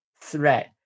threat